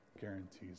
guarantees